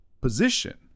position